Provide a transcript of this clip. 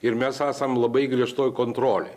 ir mes esam labai griežtoj kontrolėj